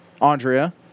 Andrea